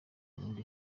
burundu